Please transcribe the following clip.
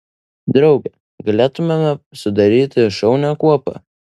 drauge galėtumėme sudaryti šaunią kuopą